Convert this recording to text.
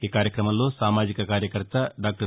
ఈ కార్యక్రమంలో సామాజిక కార్యకర్త డాక్టర్